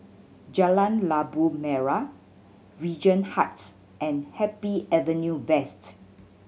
Jalan Labu Merah Regent Heights and Happy Avenue West